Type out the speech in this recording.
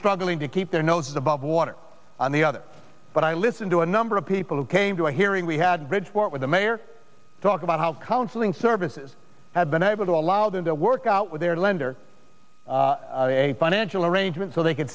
struggling to keep their noses above water on the other but i listened to a number of people who came to a hearing we had bridgeport with the mayor talked about how counseling services have been able to allow them to work with their lender a financial arrangement so they c